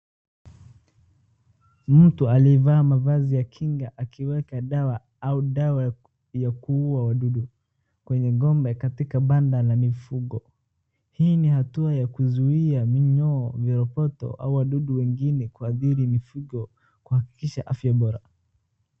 Mtu aliyevaa mavazi ya kinga akiweka dawa au dawa ya kuua wadudu kwenye ng'ombe katika banda la mifugo. Hii ni hatua ya kuzuia minyoo, viroboto au wadudu wengine kuadhiri mifugo kuhakikisha afya bora.